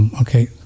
okay